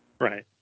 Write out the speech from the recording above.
Right